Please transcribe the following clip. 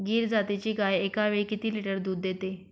गीर जातीची गाय एकावेळी किती लिटर दूध देते?